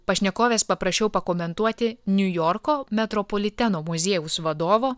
pašnekovės paprašiau pakomentuoti niujorko metropoliteno muziejaus vadovo